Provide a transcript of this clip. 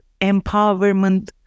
empowerment